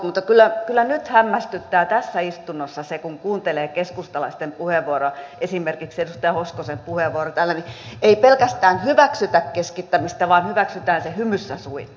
mutta kyllä nyt hämmästyttää tässä istunnossa se kun kuuntelee keskustalaisten puheenvuoroja esimerkiksi edustaja hoskosen puheenvuoroa että ei pelkästään hyväksytä keskittämistä vaan hyväksytään se hymyssä suin